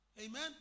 Amen